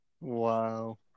Wow